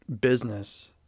business